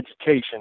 education